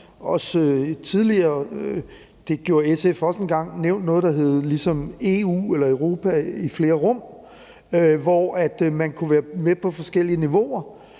år, og det gjorde SF også engang, ligesom talt om et EU eller et Europa i flere rum, hvor man kunne være med på forskellige niveauer,